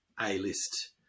A-list